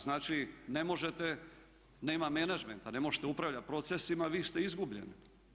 Znači, ne možete, nema menadžmenta, ne možete upravljati procesima, vi ste izgubljeni.